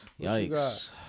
Yikes